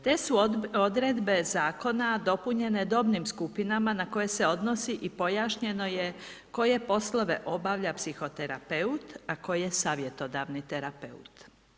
Te su odredbe Zakona dopunjene dobnim skupinama na koje se odnosi i pojašnjeno je koje poslove obavlja psihoterapeut, a koje savjetodavni terapeut.